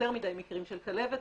מדי מקרים של כלבת,